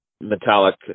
metallic